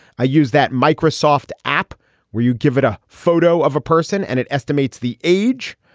i use that microsoft app where you give it a photo of person and it estimates the age.